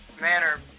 manner